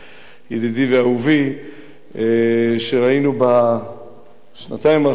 ידידי ואהובי שראינו בשנתיים האחרונות